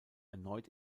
erneut